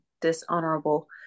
dishonorable